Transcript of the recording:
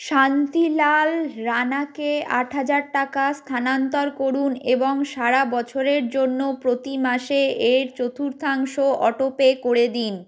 শান্তিলাল রাণাকে আট হাজার টাকা স্থানান্তর করুন এবং সারা বছরের জন্য প্রতি মাসে এর চতুর্থাংশ অটোপে করে দিন